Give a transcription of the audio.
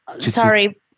Sorry